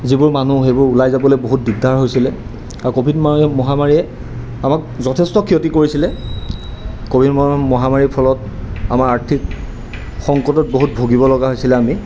যিবোৰ মানুহ সেইবোৰ ওলাই যাবলৈ বহুত দিগদাৰ হৈছিলে আৰু ক'ভিড মাৰি মহামাৰীয়ে আমাক যথেষ্ট ক্ষতি কৰিছিলে ক'ভিড মাৰি মহামাৰীৰ ফলত আমাৰ আৰ্থিক সংকটত বহুত ভুগিব লগা হৈছিলে আমি